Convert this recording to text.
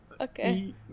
Okay